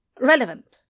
relevant